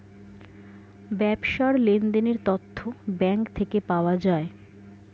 ব্যবসার লেনদেনের তথ্য ব্যাঙ্ক থেকে পাওয়া যায়